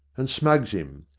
and smugs him.